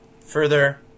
Further